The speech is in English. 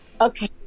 Okay